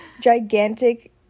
gigantic